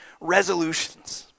resolutions